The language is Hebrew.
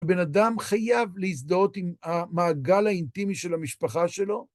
הבן אדם חייב להזדהות עם המעגל האינטימי של המשפחה שלו